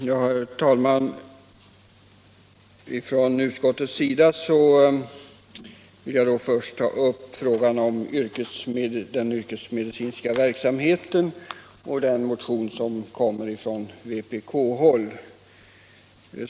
Herr talman! Ifrån utskottets sida vill jag först ta upp frågan om den yrkesmedicinska verksamheten och den motion som kommer ifrån vpkhåll.